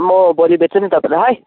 म भोलि भेट्छु नि तपाईँलाई है